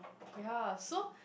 ya so